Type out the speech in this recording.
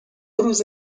روز